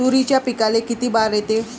तुरीच्या पिकाले किती बार येते?